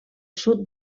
sud